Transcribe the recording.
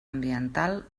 ambiental